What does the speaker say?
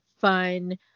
fun